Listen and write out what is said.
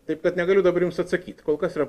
taip kad negaliu dabar jums atsakyt kol kas yra